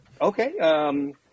Okay